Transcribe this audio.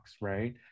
right